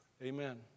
Amen